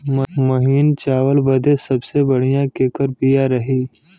महीन चावल बदे सबसे बढ़िया केकर बिया रही?